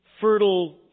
fertile